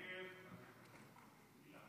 ההסתייגות (8) של חברי הכנסת יואב